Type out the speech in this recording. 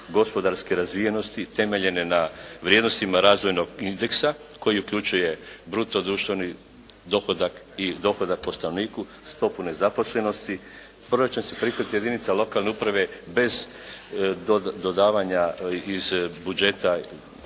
gospodarske razvijenosti temeljene na vrijednostima razvojnog indeksa koji uključuje bruto društveni dohodak i dohodak po stanovniku, stopu nezaposlenost. Proračun …/Govornik se ne razumije./… jedinica lokalne uprave bez dodavanja iz budžeta